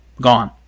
gone